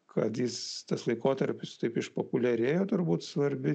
kad jis tas laikotarpis taip išpopuliarėjo turbūt svarbi